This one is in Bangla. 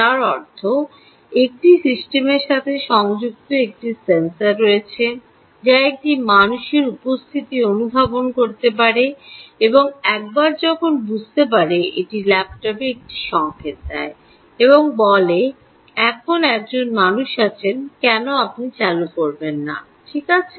যার অর্থ একটি সিস্টেমের সাথে সংযুক্ত একটি সেন্সর রয়েছে যা একটি মানুষের উপস্থিতি অনুধাবন করে এবং একবার যখন বুঝতে পারে এটি ল্যাপটপে একটি সংকেত দেয় এবং বলে এখন একজন মানুষ আছেন কেন আপনি চালু করবেন না ঠিক আছে